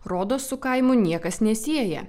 rodos su kaimu niekas nesieja